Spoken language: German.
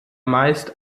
meist